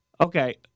Okay